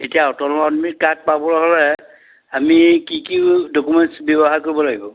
এতিয়া অটল অমৃত কাৰ্ড পাবলৈ হ'লে আমি কি কি ডকুমেণ্টছ ব্যৱহাৰ কৰিব লাগিব